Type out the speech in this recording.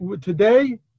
today